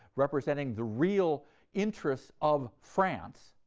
representing the real interests of france,